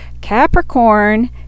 Capricorn